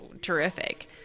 terrific